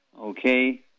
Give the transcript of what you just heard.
okay